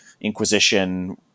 inquisition